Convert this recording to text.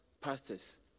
pastors